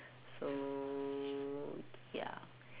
so ya